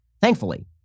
Thankfully